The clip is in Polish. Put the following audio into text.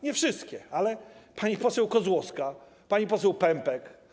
Nie wszystkie, ale pani poseł Kozłowskiej, pani poseł Pępek.